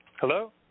Hello